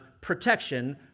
protection